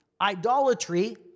idolatry